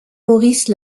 maurice